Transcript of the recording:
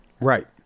Right